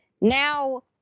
now